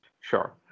Sure